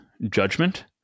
judgment